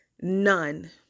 none